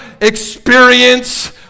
experience